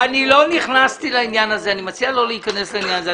אני לא נכנסתי לעניין הזה ואני מציע לא להיכנס לזה.